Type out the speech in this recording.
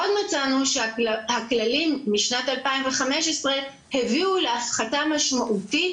עוד מצאנו שהכללים משנת 2015 הביאו להפחתה משמעותית